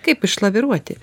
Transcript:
kaip išlaviruoti